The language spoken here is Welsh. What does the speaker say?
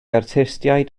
artistiaid